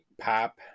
pop